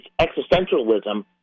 existentialism